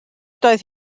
doedd